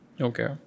Okay